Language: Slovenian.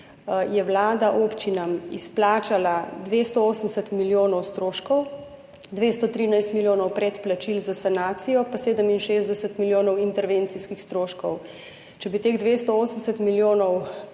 Vlada občinam izplačala 280 milijonov stroškov, 213 milijonov predplačil za sanacijo pa 67 milijonov intervencijskih stroškov. Če bi teh 280 milijonov